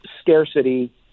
scarcity